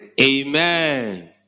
Amen